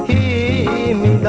a